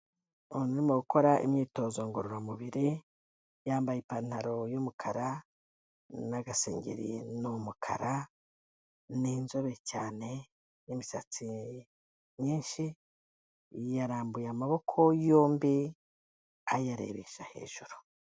Umwe mubakora imyitozo ngororamubiri yambaye ipantaro y'umukara n'agaseri ni umukara, ni inzobe cyane n'imisatsi myinshi yarambuye amaboko yombi ayarebesha hejuru.